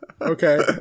Okay